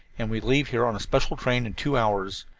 and we leave here on a special train in two hours.